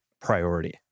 priority